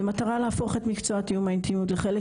במטרה להפוך את מקצוע תיאום האינטימיות לחלק